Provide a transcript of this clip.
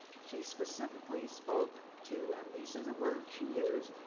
she specifically spoke to, and these are the words she used,